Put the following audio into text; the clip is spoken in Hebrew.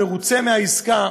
מרוצה מהעסקה,